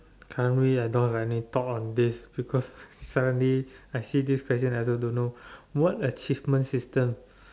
currently I don't have any thought on this because currently I see this question I also don't know what achievement system